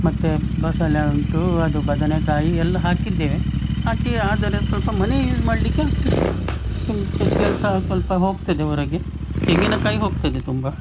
ಮತ್ತೆ ಬಸಳೆ ಉಂಟು ಅದು ಬದನೆ ಕಾಯಿ ಎಲ್ಲ ಹಾಕಿದ್ದೇವೆ ಹಾಕಿ ಆದರೆ ಸ್ವಲ್ಪ ಮನೆ ಯೂಸ್ ಮಾಡಲಿಕ್ಕೆ ಆಗ್ತದೆ ಮತ್ತೆಂತ ಸೇಲ್ ಸಹ ಸ್ವಲ್ಪ ಹೋಗ್ತದೆ ಹೊರಗೆ ತೆಂಗಿನಕಾಯಿ ಹೋಗ್ತದೆ ತುಂಬ